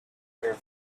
her